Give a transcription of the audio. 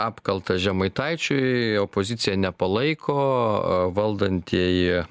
apkaltą žemaitaičiui opozicija nepalaiko valdantieji